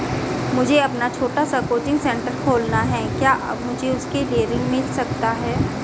मुझे अपना छोटा सा कोचिंग सेंटर खोलना है क्या मुझे उसके लिए ऋण मिल सकता है?